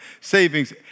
savings